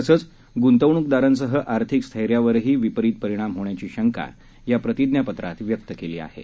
तसंच गुंतवणूकदारांसह आर्थिक स्थैर्यावरही विपरीत परिणाम होण्याची शंका प्रतिज्ञापत्रात व्यक्त केली आहे